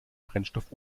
brennstoff